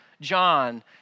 John